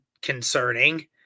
concerning